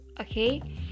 okay